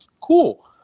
cool